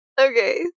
Okay